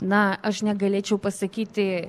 na aš negalėčiau pasakyti